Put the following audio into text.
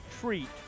treat